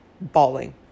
bawling